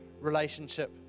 relationship